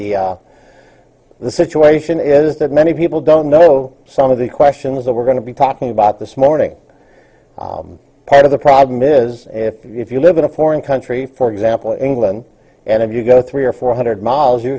the the situation is that many people don't know some of the questions that we're going to be talking about this morning part of the problem is if you live in a foreign country for example in england and if you go three or four hundred miles you